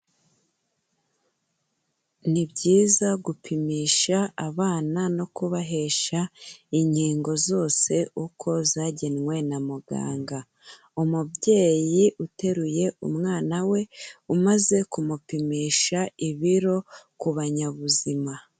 Ni byiza gupimisha abana no kubahesha inkingo zose uko zagenwe na muganga. Umubyeyi uteruye umwana we umaze kumupimisha ibiro ku banyabuzima.